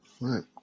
right